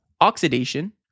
oxidation